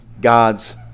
God's